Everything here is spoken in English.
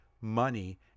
money